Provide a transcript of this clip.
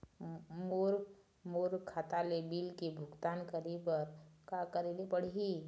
मोला मोर खाता ले बिल के भुगतान करे बर का करेले पड़ही ही?